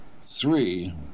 three